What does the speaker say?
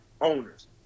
owners